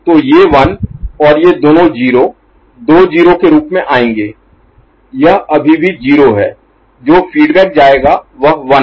तो ये 1 और ये दोनों 0 दो 0 के रूप में आएंगे यह अभी भी 0 है जो फीडबैक जाएगा वह 1 है